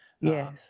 Yes